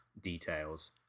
details